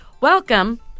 Welcome